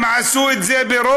הם עשו את זה ברוגע,